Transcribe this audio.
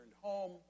home